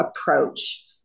approach